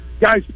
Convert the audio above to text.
Guys